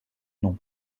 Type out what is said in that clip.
nom